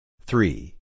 Three